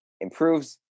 improves